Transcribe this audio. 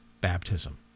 baptism